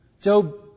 Job